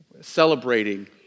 celebrating